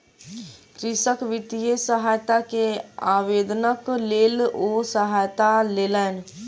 कृषक वित्तीय सहायता के आवेदनक लेल ओ सहायता लेलैन